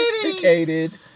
sophisticated